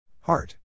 Heart